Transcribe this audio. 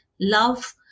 love